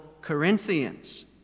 Corinthians